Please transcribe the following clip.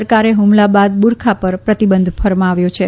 સરકારે હુમલા બાદ બુરખા પર પ્રતિબંધ ફરમાવ્યો છે